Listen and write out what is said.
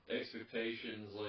expectations